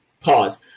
pause